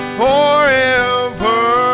forever